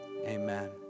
Amen